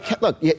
look